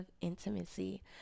Intimacy